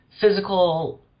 physical